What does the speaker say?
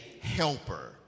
helper